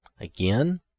Again